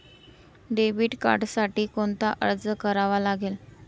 Debit कार्डसाठी कोणता अर्ज करावा लागेल?